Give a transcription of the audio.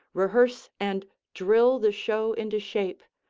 rehearse and drill the show into shape,